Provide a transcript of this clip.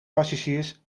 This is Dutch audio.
passagiers